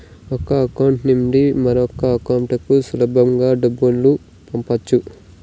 ఒక అకౌంట్ నుండి మరొక అకౌంట్ కు సులభమా డబ్బులు పంపొచ్చా